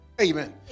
Amen